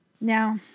Now